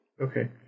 Okay